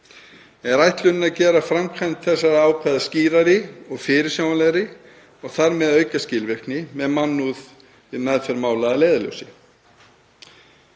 Er ætlunin að gera framkvæmd þessara ákvæða skýrari og fyrirsjáanlegri og þar með að auka skilvirkni með mannúð við meðferð mála að leiðarljósi.